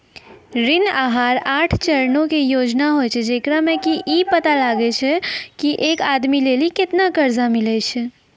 ऋण आहार आठ चरणो के योजना होय छै, जेकरा मे कि इ पता लगैलो जाय छै की एक आदमी लेली केतना कर्जा मिलै छै